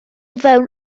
fewn